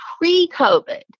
pre-COVID